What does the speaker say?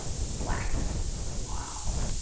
blackness. wow!